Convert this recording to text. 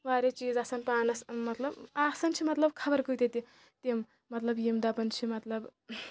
واریاہ چیٖز آسان پانَس مطلب آسان چھِ مطلب خبَر کۭتیاہ تہِ تِم مطلب یِم دَپان چھِ مطلب